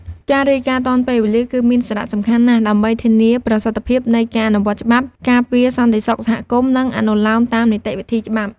ការរាយការណ៍ទាន់ពេលវេលា គឺមានសារៈសំខាន់ណាស់ដើម្បី ធានាប្រសិទ្ធភាពនៃការអនុវត្តច្បាប់ ការពារសន្តិសុខសហគមន៍ និងអនុលោមតាមនីតិវិធីច្បាប់។